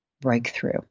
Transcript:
breakthrough